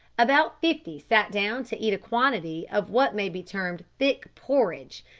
about fifty sat down to eat a quantity of what may be termed thick porridge,